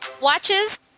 Watches